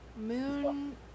Moon